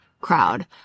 crowd